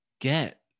get